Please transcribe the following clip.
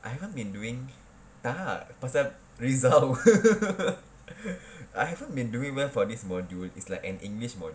I haven't been doing tak pasal results I haven't been doing well for this module like is an english module